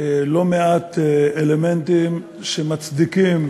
לא מעט אלמנטים שמצדיקים,